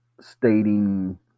stating